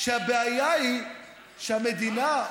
והבעיה היא שהמדינה,